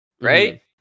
Right